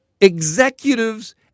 executives